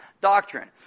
doctrine